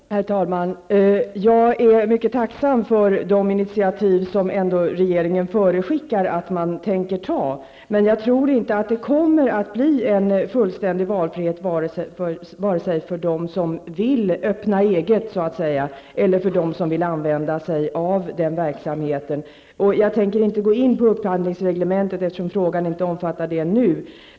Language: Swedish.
Herr talman! Jag är mycket tacksam för de initiativ som regeringen förutskickar att man tänker ta. Men jag tror inte att det kommer att bli en fullständig valfrihet vare sig för dem som så att säga vill öppna eget eller för dem som vill använda sig av den verksamheten. Jag tänker inte nu gå in på upphandlingsreglementet, eftersom min fråga inte omfattar detta.